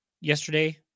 yesterday